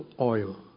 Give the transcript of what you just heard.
oil